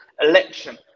election